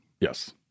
Yes